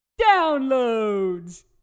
downloads